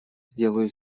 сделаю